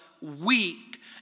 weak